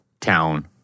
town